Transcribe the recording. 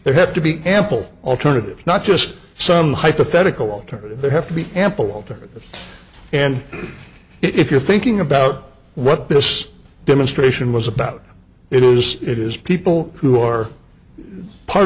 there have to be ample alternatives not just some hypothetical alternative they have to be ample and if you're thinking about what this demonstration was about it is it is people who are part